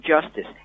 justice